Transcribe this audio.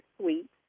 suite